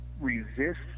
resist